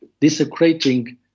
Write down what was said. desecrating